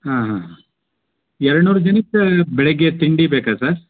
ಹಾಂ ಹಾಂ ಎರಡು ನೂರು ಜನಕ್ಕೆ ಬೆಳಿಗ್ಗೆ ತಿಂಡಿ ಬೇಕಾ ಸರ್